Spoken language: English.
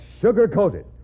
sugar-coated